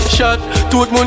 Shot